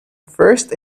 first